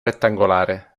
rettangolare